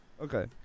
Okay